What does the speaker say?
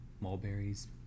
mulberries